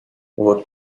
вот